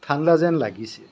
ঠাণ্ডা যেন লাগিছে